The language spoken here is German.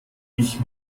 ich